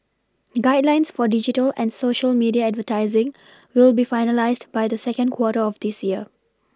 guidelines for digital and Social media advertising will be finalised by the second quarter of this year